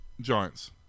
giants